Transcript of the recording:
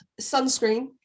Sunscreen